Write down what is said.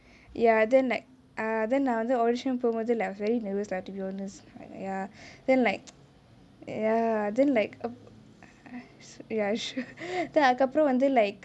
ya then like err then err நா வந்து:naa vanthu audition போமோது:pomothu I was very nervous lah to be honest ya then like ya then like uh ya sure then அதுக்கு அப்ரோ வந்து:athuku apro vanthu like